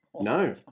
no